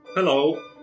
Hello